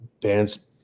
bands